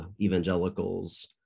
evangelicals